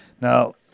Now